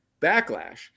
backlash